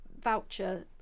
voucher